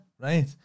right